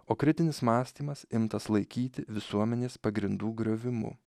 o kritinis mąstymas imtas laikyti visuomenės pagrindų griovimu